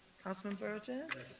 councilman burgess.